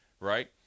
right